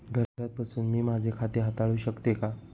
घरात बसून मी माझे खाते हाताळू शकते का?